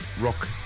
rock